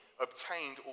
obtained